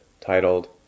titled